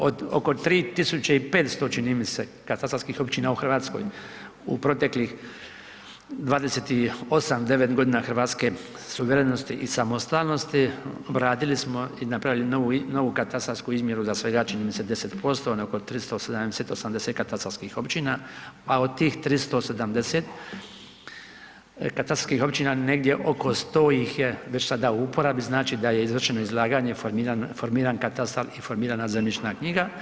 Oko 3.500 čini mi se katastarskih općina u Hrvatskoj u proteklih 28, 29 godina hrvatske suverenosti i samostalnosti uradili smo i napravili novu katastarsku izmjeru za svega čini mi se 10% na oko 370, 380 katastarskih općina, a od tih 370 katastarskih općina negdje oko 100 ih je već sada u uporabi, znači da je izvršeno izlaganje formiran katastar i formirana zemljišna knjiga.